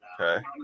Okay